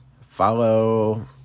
Follow